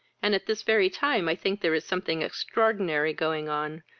and at this very time i think there is something extraordinary going on,